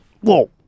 Whoa